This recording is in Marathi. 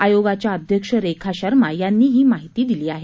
आयोगाच्या अध्यक्ष रेखा शर्मा यांनी ही माहिती दिली आहे